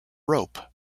rope